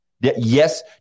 Yes